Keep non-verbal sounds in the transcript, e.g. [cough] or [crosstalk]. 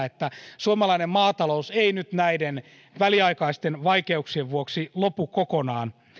[unintelligible] että suomalainen maatalous ei nyt näiden väliaikaisten vaikeuksien vuoksi lopu kokonaan